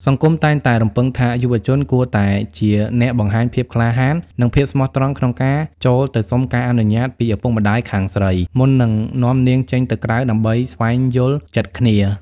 សង្គមតែងតែរំពឹងថា យុវជនគួរតែជាអ្នកបង្ហាញភាពក្លាហាន និងភាពស្មោះត្រង់ក្នុងការចូលទៅសុំការអនុញ្ញាតពីឪពុកម្ដាយខាងស្រី មុននឹងនាំនាងចេញទៅក្រៅដើម្បីស្វែងយល់ចិត្តគ្នា។